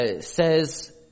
says